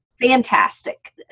fantastic